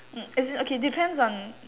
um as it okay depends on